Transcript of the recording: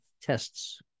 tests